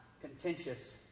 contentious